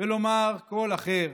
ולומר קול אחר,